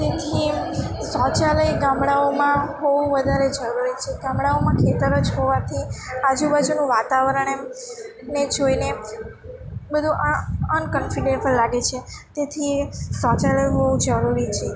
તેથી શૌચાલય ગામડાંઓમાં હોવું વધારે જરૂરી છે ગામડાંઓમાં ખેતર જ હોવાથી આજુબાજુનું વાતાવરણ એમ ને જોઈને બધું આ અનકમ્ફર્ટેબલ લાગે છે તેથી એ શૌચાલય હોવું જરૂરી છે